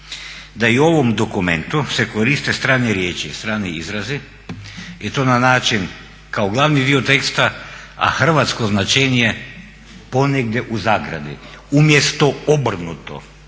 da i u ovom dokumentu se koriste strane riječi, strani izrazi i to na način kao glavni dio teksta a hrvatsko značenje ponegdje u zagradi umjesto obrnuto.